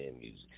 music